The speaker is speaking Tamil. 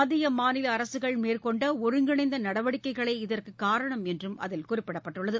மத்திய மாநில அரசுகள் மேற்கொண்ட ஒருங்கிணைந்த நடவடிக்கைகளே இதற்கு காரணம் என்றும் அதில் குறிப்பிடப்பட்டுள்ளது